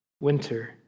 winter